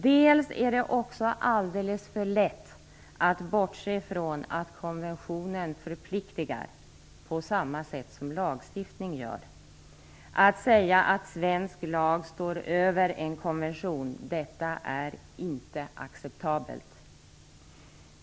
Det är också alldeles för lätt att bortse från att konventionen förpliktar på samma sätt som lagstiftning gör - att säga att svensk lag står över en konvention. Detta är inte acceptabelt.